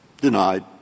Denied